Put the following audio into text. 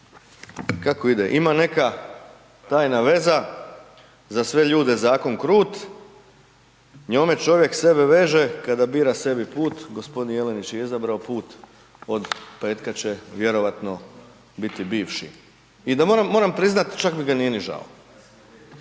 kako ide, ima neka tajna veza, za sve ljude zakon krut, njome čovjek sebe veže kada bira sebi put, g. Jelenić je izabrao put, od petka će vjerojatno biti bivši. I da, moram priznati, čak mi ga nije ni žao.